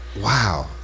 wow